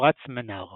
ומפרץ מנאר.